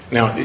Now